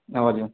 हजुर